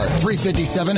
.357